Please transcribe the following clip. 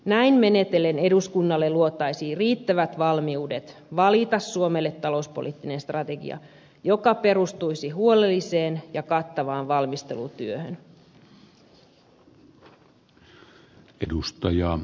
näin menetellen eduskunnalle luotaisiin riittävät valmiudet valita suomelle talouspoliittinen strategia joka perustuisi huolelliseen ja kattavaan valmistelutyöhön